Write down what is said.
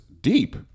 deep